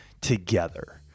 together